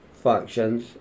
Functions